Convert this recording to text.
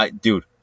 dude